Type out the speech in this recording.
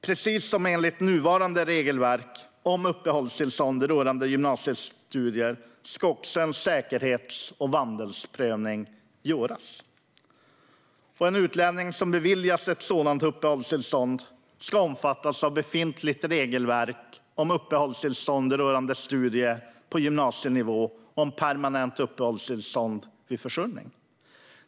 Precis som enligt nuvarande regelverk om uppehållstillstånd rörande gymnasiestudier ska också en säkerhets och vandelsprövning göras. En utlänning som beviljas ett sådant uppehållstillstånd ska omfattas av befintligt regelverk om uppehållstillstånd rörande studier på gymnasienivå och om permanent uppehållstillstånd vid försörjning.